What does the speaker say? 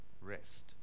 rest